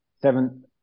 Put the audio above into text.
seven